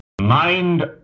Mind